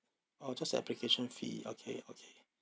orh just application fee okay okay